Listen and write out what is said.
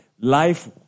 Life